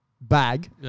bag